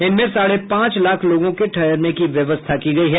इनमें साढ़े पांच लाख लोगों के ठहरने की व्यवस्था की गयी है